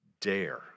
dare